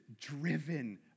driven